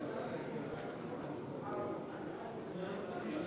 עד עשר